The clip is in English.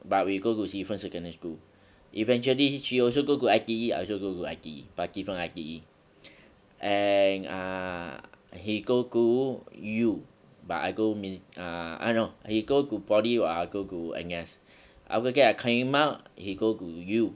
but we go to different secondary school eventually she also go to I_T_E I also go to I_T_E but different I_T_E and uh uh he go school U but I go milit~ ah ah no he go to poly while I go to N_S after that I came out he go to U